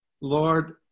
Lord